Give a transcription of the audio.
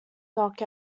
knock